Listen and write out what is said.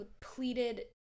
pleated